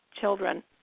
children